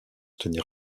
tenir